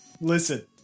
Listen